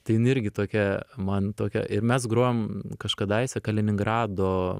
tai jin irgi tokia man tokia ir mes grojom kažkadaise kaliningrado